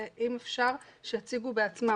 ואם אפשר שיציגו בעצמם.